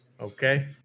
Okay